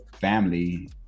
family